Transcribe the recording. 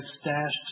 stashed